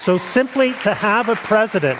so simply to have a president